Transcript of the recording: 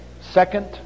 Second